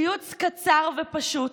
ציוץ קצר ופשוט